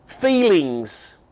feelings